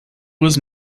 was